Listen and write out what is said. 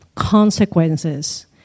consequences